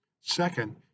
Second